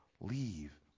leave